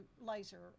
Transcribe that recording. laser